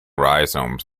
rhizomes